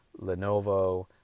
Lenovo